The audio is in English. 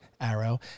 arrow